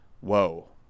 whoa